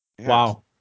wow